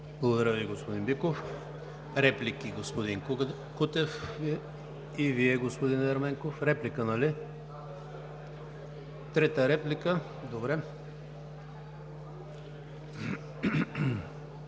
Благодаря Ви, господин Биков. Реплики – господин Кутев, и Вие, господин Ерменков. Реплика, нали? Трета реплика, добре.